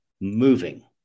moving